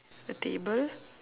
a table